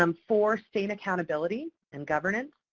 um four, state accountability and governance.